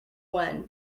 one